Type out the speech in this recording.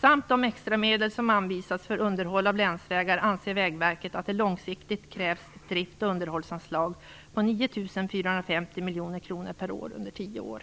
samt de extramedel som anvisats för underhåll av länsvägar anser Vägverket att det långsiktigt krävs ett drift och underhållsanslag på 9 450 miljoner kronor per år under 10 år."